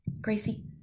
Gracie